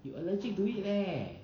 you allergic to it leh